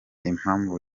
impamvu